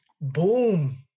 Boom